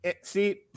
see